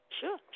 Sure